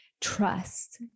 trust